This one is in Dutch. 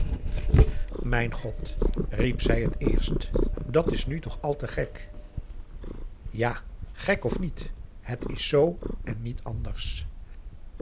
mijn god riep zij het eerst dat is nu toch al te gek ja gek of niet het is zoo en niet anders